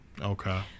Okay